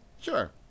Sure